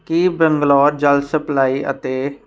ਕੀ ਬੰਗਲੋਰ ਜਲ ਸਪਲਾਈ ਅਤੇ